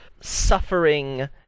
suffering